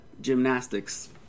gymnastics